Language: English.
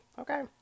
Okay